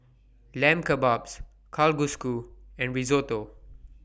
Lamb Kebabs Kalguksu and Risotto